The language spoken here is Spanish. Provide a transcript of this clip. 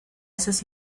esas